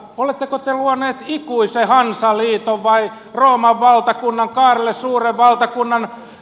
oletteko te luoneet ikuisen hansaliiton vai rooman valtakunnan kaarle suuren valtakunnan